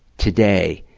today,